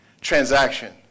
transaction